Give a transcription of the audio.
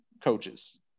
coaches